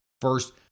first